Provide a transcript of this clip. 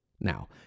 Now